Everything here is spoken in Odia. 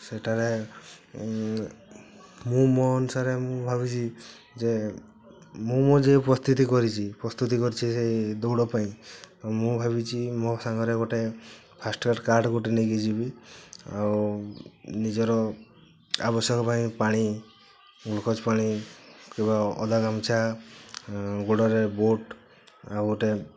ସେଠାରେ ମୁଁ ମୋ ଅନୁସାରେ ମୁଁ ଭାବିଛି ଯେ ମୁଁ ମୋ ଯେଉ ପସ୍ତିତି କରିଛି ପ୍ରସ୍ତୁତି କରିଛି ସେଇ ଦୌଡ଼ ପାଇଁ ଆଉ ମୁଁ ଭାବିଛି ମୋ ସାଙ୍ଗରେ ଗୋଟେ ଫାର୍ଷ୍ଟ୍ ଇୟର୍ କାର୍ଡ ଗୋଟେ ନେଇକି ଯିବି ଆଉ ନିଜର ଆବଶ୍ୟକ ପାଇଁ ପାଣି ଗ୍ଲୁକୋଜ୍ ପାଣି କିମ୍ବା ଓଦା ଗାମୁଛା ଗୋଡ଼ରେ ବୁଟ୍ ଆଉ ଗୋଟେ